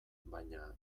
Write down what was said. baina